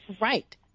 Right